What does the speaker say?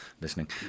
listening